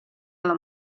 alla